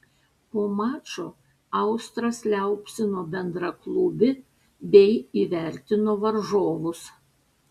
po mačo austras liaupsino bendraklubį bei įvertino varžovus